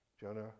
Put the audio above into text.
Jonah